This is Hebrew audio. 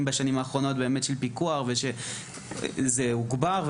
של פיקוח בשנים האחרונות ושהעשייה בנושא הזה מתגברת,